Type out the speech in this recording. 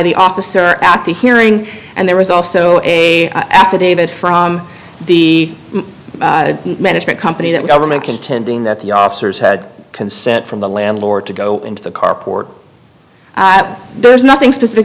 the officer at the hearing and there was also a affidavit from the management company that government contending that the officers had consent from the landlord to go into the carport there's nothing specific